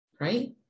right